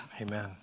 Amen